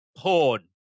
porn